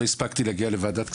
לא הספקתי להגיע לוועדת הכספים.